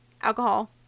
alcohol